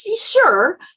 sure